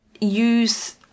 use